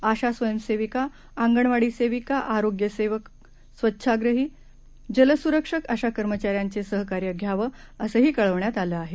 आशा स्वयंसेविका अंगणवाडी सेविका आरोग्य सेवक स्वच्छाग्रही जलसुरक्षक अशा कर्मचाऱ्यांचे सहकार्य घ्यावं असंही कळवण्यात आलं आहे